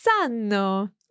sanno